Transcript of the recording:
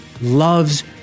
loves